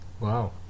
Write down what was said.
Wow